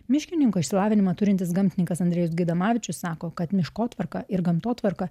miškininko išsilavinimą turintis gamtininkas andrejus gaidamavičius sako kad miškotvarka ir gamtotvarka